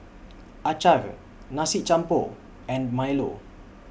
Acar Nasi Campur and Milo